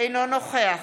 אינו נוכח